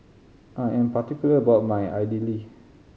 I am particular about my Idili